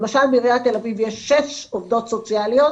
למשל בעיריית ת"א יש 6 עובדות סוציאליות